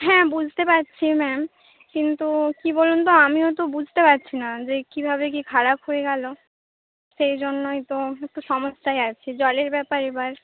হ্যাঁ বুঝতে পারছি ম্যাম কিন্তু কী বলুন তো আমিও তো বুঝতে পারছিনা যে কীভাবে কী খারাপ হয়ে গেল সেই জন্যই তো একটু সমস্যায় আছি জলের ব্যাপার এবার